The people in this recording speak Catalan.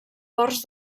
ports